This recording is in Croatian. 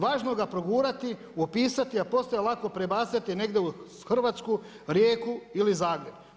Važno ga progurati, upisati, a posle lako prebaciti negdje u Hrvatsku, Rijeku ili Zagreb.